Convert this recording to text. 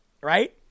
right